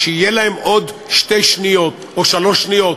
שיהיו להם עוד שתי שניות או שלוש שניות,